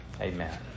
Amen